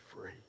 free